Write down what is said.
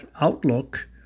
outlook